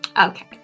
Okay